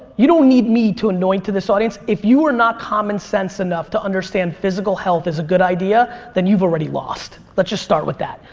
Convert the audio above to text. you don't need me to anoint to this audience, if you are not common sense enough to understand physical health is a good idea than you've already lost. let's just start with that.